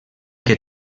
que